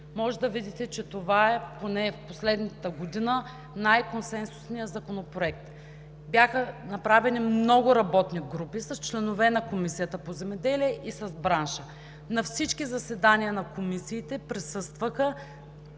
щяхте да видите, че това е, поне в последната година, най-консенсусният законопроект. Бяха направени много работни групи с членове на Комисията по земеделието и с бранша. На всички заседания имаше 95%, ако